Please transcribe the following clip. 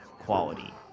quality